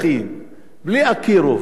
בלי מתווכים, בלי אקירוב,